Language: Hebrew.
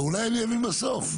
ואולי אני אבין בסוף.